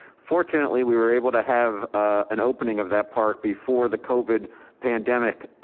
fortunately, we were able to have an opening of that park before the covid pandemic